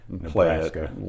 Nebraska